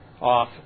off